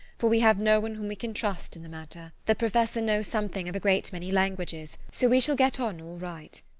for we have no one whom we can trust in the matter. the professor knows something of a great many languages, so we shall get on all right.